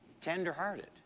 tender-hearted